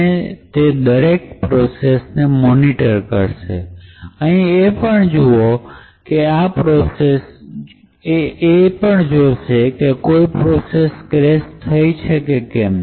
અને તે દરેક પ્રોસેસને મોનીટર કરશે અહીં એ પણ જોશે કે કોઈ પ્રોસેસ ક્રેશ થઈ છે કે કેમ